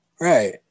Right